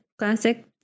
classic